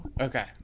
Okay